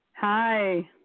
Hi